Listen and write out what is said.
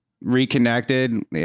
reconnected